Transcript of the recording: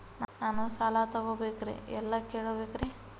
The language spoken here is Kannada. ನಾನು ಸಾಲ ತೊಗೋಬೇಕ್ರಿ ಎಲ್ಲ ಕೇಳಬೇಕ್ರಿ?